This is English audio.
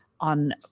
on